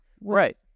Right